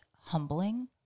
humbling